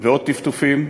ועוד טפטופים,